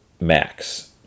Max